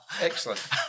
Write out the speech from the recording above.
excellent